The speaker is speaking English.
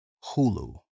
Hulu